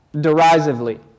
derisively